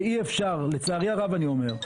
ואי אפשר לצערי הרב אני אומר,